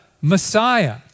Messiah